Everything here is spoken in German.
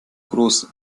groß